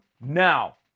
Now